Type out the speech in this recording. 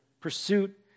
pursuit